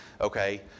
okay